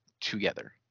together